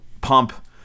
pump